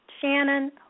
Shannon